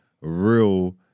real